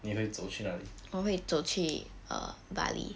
你会走去哪里